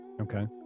Okay